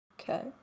Okay